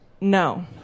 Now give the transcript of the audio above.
no